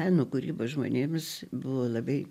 meno kūryba žmonėms buvo labai